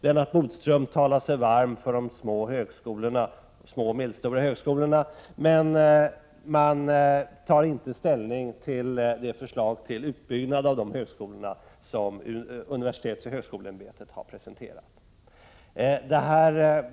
Lennart Bodström talar sig varm för de små och medelstora högskolorna, men man tar inte ställning till det förslag till utbyggnad av dessa högskolor som universitetsoch högskoleämbetet har presenterat.